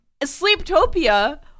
sleeptopia